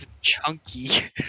chunky